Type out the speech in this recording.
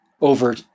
over